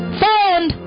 found